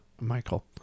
Michael